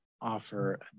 offer